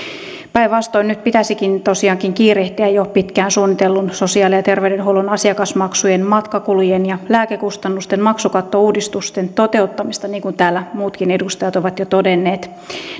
päinvastoin nyt pitäisikin tosiaankin kiirehtiä jo pitkään suunnitellun sosiaali ja ter veydenhuollon asiakasmaksujen matkakulujen ja lääkekustannusten maksukattouudistusten toteuttamista niin kuin täällä muutkin edustajat ovat jo todenneet